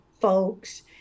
folks